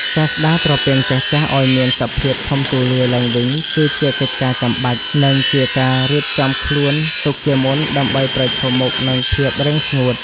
ការស្តារត្រពាំងចាស់ៗឱ្យមានសភាពធំទូលាយឡើងវិញ គឺជាកិច្ចការចាំបាច់ និងជាការរៀបចំខ្លួនទុកជាមុនដើម្បីប្រឈមមុខនឹងភាពរាំងស្ងួត។